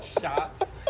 shots